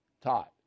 Taught